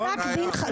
של פסק דין חלוט,